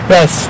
Yes